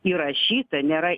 įrašyta nėra